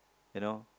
you know